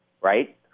right